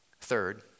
third